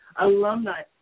alumni